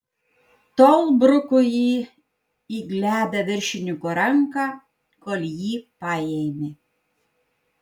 tol bruko jį į glebią viršininko ranką kol jį paėmė